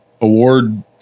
award